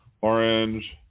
Orange